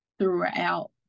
throughout